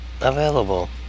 available